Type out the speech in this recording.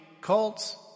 cults